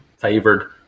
favored